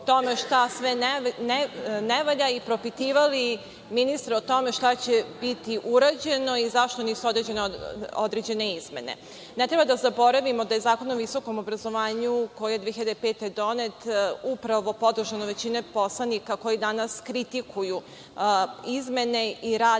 šta sve ne valja i propitivali ministra o tome šta će biti urađeno i zašto nisu urađene određen izmene. Ne treba da zaboravimo da je Zakon o visokom obrazovanju koji je 2005. godine donet upravo podržan od većine poslanika koji danas kritikuju izmene i rad